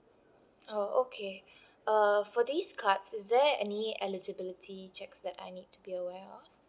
oh okay err for these cards is there any eligibility checks that I need to be aware of